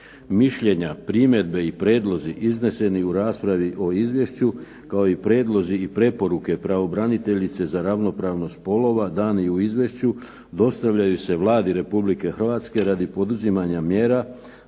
mišljenja, primjedbe i prijedlozi izneseni u raspravi izneseni u Izvješću kao i prijedlozi i preporuke pravobraniteljice za ravnopravnost spolova dani u Izvješću dostavljaju se Vladi Republike Hrvatske radi poduzimanje mjera